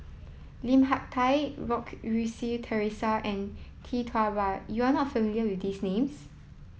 Lim Hak Tai Goh Rui Si Theresa and Tee Tua Ba you are not familiar with these names